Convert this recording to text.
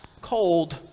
cold